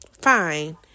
fine